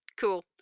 Cool